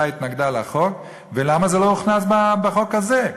התנגדה לחוק ולמה זה לא הוכנס בחוק הזה.